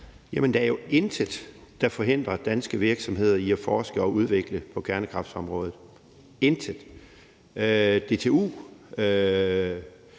Jamen der er jo intet, der forhindrer danske virksomheder i at forske og udvikle på kernekraftområdet, intet. DTU